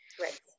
Right